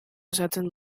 osatzen